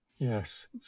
Yes